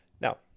Now